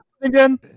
again